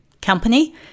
company